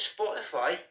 Spotify